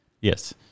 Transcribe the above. Yes